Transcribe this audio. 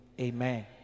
amen